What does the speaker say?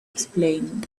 explain